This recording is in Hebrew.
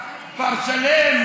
כפר שלם,